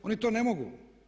Oni to ne mogu.